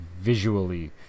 visually